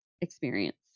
experience